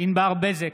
ענבר בזק,